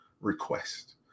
request